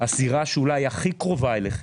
הסירה שאולי הכי קרובה אליכם,